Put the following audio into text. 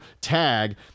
TAG